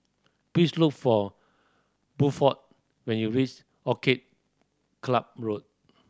please look for Buford when you reach Orchid Club Road